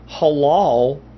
halal